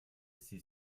sie